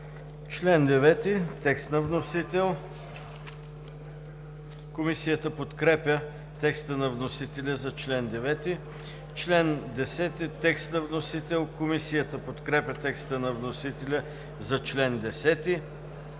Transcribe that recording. Член 9 – текст на вносител. Комисията подкрепя текста на вносителя за чл. 9. Член 10 – текст на вносител. Комисията подкрепя текста на вносителя за чл. 10.